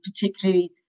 particularly